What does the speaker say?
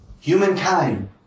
Humankind